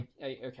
okay